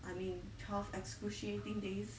I mean twelve excruciating days